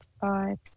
five